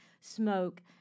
smoke